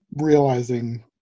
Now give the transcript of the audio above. realizing